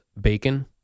Bacon